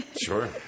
Sure